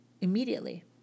immediately